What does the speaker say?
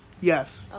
Yes